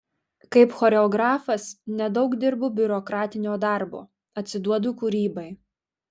kaip choreografas nedaug dirbu biurokratinio darbo atsiduodu kūrybai